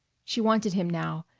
she wanted him now,